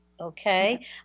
okay